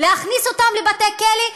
להכניס אותם לבתי-כלא,